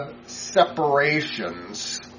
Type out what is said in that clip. separations